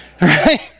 Right